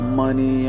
money